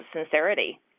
sincerity